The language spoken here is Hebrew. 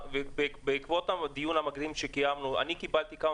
בעקבות הדיון המקדים שקיימנו אני קיבלתי כמה